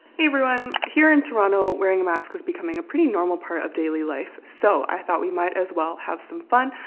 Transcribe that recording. everyone here in toronto wearing a mask is becoming a pretty normal part of daily life so i thought we might as well have some fun.